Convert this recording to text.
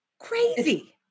Crazy